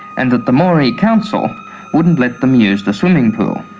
and that the moree council wouldn't let them use the swimming pool.